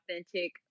authentic